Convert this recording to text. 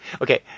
Okay